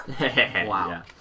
Wow